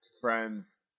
friends